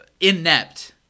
inept